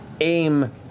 aim